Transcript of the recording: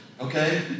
Okay